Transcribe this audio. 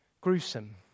gruesome